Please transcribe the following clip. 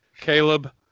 Caleb